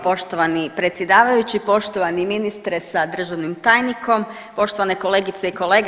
Poštovani predsjedavajući, poštovani ministre sa državnim tajnikom, poštovane kolegice i kolege.